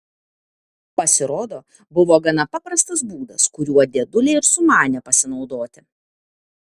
pasirodo buvo gana paprastas būdas kuriuo dėdulė ir sumanė pasinaudoti